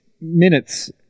minutes